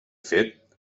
fet